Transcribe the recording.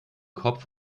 kopf